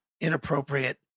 inappropriate